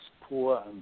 poor